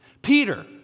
Peter